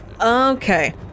Okay